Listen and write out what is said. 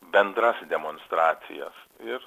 bendras demonstracijas ir